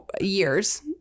years